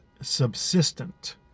subsistent